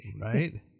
Right